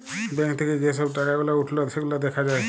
bank থাক্যে যে সব টাকা গুলা উঠল সেগুলা দ্যাখা যায়